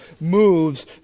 moves